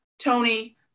Tony